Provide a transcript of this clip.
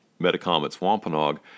Metacomets-Wampanoag